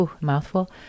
mouthful